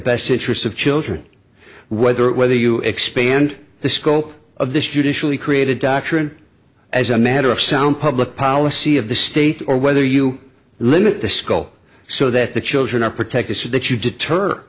best interests of children whether it whether you expand the scope of this judicially created doctrine as a matter of sound public policy of the state or whether you limit the school so that the children are protected so that you deter